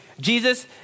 Jesus